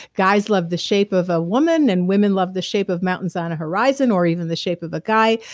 guys love the shape of a woman and women love the shape of mountains on a horizon or even the shape of a guy.